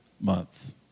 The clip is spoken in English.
Month